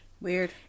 Weird